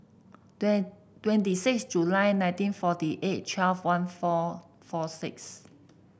twenty six July nineteen forty eight twelve one four four six